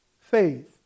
faith